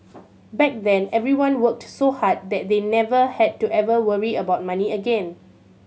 back then everyone worked so hard that they never had to ever worry about money again